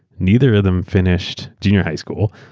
neither of them finished junior high school.